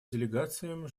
делегациям